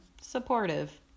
supportive